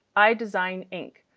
idesign inc.